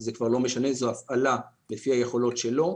זה כבר לא משנה, זו הפעלה לפי היכולות שלו.